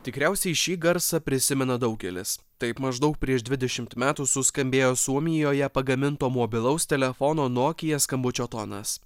tikriausiai šį garsą prisimena daugelis taip maždaug prieš dvidešimt metų suskambėjo suomijoje pagaminto mobilaus telefono nokia skambučio tonas